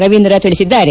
ರವೀಂದ್ರ ತಿಳಿಸಿದ್ದಾರೆ